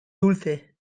dulce